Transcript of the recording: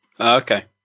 Okay